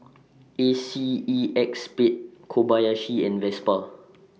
A C E X Spade Kobayashi and Vespa